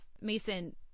Mason